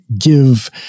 give